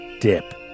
DIP